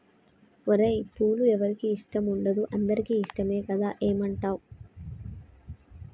ఓరై పూలు ఎవరికి ఇష్టం ఉండదు అందరికీ ఇష్టమే కదా ఏమంటావ్